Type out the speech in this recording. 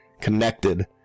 connected